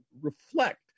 reflect